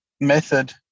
method